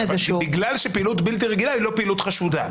בגלל שפעילות בלתי רגילה היא לא פעילות חשודה.